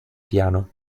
piano